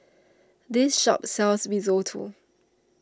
this shop sells Risotto